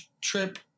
trip